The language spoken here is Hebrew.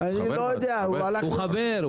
הוא חבר.